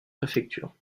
préfecture